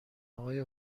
آقای